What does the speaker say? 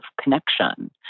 connection